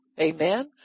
Amen